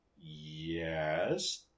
Yes